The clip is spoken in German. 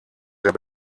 sehr